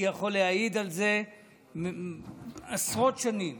אני יכול להעיד על זה שעשרות שנים